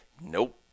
nope